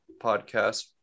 podcast